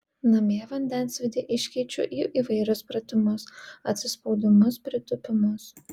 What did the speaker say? namie vandensvydį iškeičiu į įvairius pratimus atsispaudimus pritūpimus